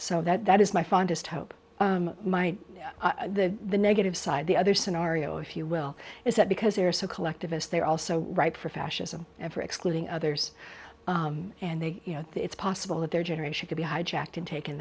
so that is my fondest hope my the negative side the other scenario if you will is that because they are so collectivist they are also ripe for fascism ever excluding others and they you know it's possible that their generation could be hijacked and taken